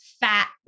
fat